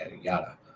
yada